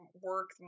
work